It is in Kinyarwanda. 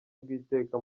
bw’iteka